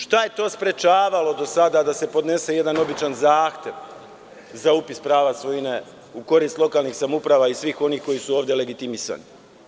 Šta je to sprečavalo do sada da se podnese jedan običan zahtev za upis prava svojine u korist lokalnih samouprava i svih ovih koji su ovde legitimisani?